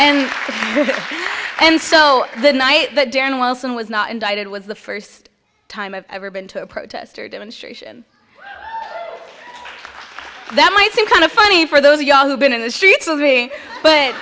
you and so the night that dan wilson was not indicted was the first time i've ever been to a protester demonstration that might seem kind of funny for those yahoo been in the streets with me but